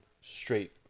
straight